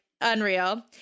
unreal